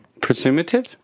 Presumptive